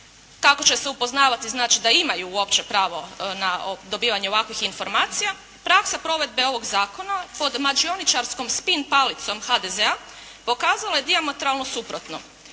kako će se upoznavati znači da imaju uopće pravo na dobivanje ovakvih informacija, praksa provedbe ovog zakona pod mađioničarskom spin palicom HDZ-a pokazala je dijametralno suprotno.